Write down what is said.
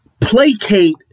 placate